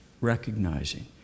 recognizing